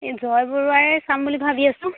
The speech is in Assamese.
এই জয় বৰুৱাই চাম বুলি ভাবি আছোঁ